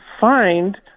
find